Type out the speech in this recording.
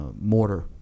mortar